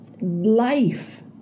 life